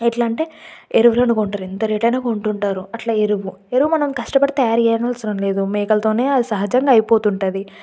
ఎట్లంటే ఎరువులను కొంటారు ఎంత రేటైనా కొంటుంటారు అట్ల ఎరువు ఎరువు మనం కష్టపడి తయారు చేయవలసిన అవసరం లేదు మేకలతోనే అది సహజంగా అయిపోతుంటుంది